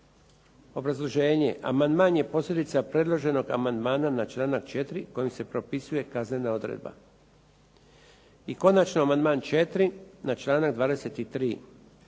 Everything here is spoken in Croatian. Obrazloženje, amandman je posljedica predloženog amandmana na članak 4. kojim se propisuje kaznena odredba. I konačno amandman 4. na članak 23.